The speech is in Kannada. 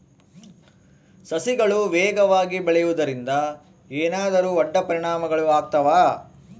ಸಸಿಗಳು ವೇಗವಾಗಿ ಬೆಳೆಯುವದರಿಂದ ಏನಾದರೂ ಅಡ್ಡ ಪರಿಣಾಮಗಳು ಆಗ್ತವಾ?